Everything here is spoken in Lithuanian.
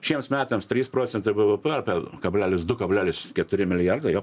šiems metams trys procentai bvp apie kablelis du kablelis keturi milijardo jo